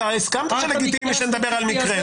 אתה הסכמת שנדבר על מקרה,